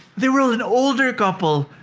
they were an older couple,